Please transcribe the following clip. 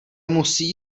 musí